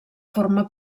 forma